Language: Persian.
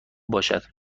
باشد